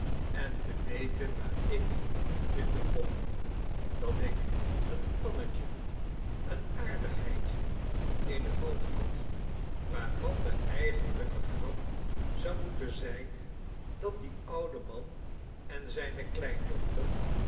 en te weten waar ik hem vinden kon dat ik een plannetje een aardigheidje in het hoofd had waarvan de eigenlijke grap zou moeten zijn dat die oude man en zijne kleindochter